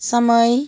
समय